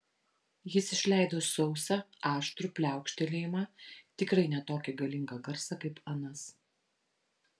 jis išleido sausą aštrų pliaukštelėjimą tikrai ne tokį galingą garsą kaip anas